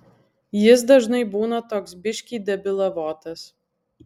jis dažnai būna toks biškį debilavotas